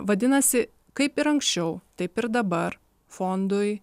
vadinasi kaip ir anksčiau taip ir dabar fondui